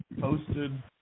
posted